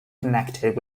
connected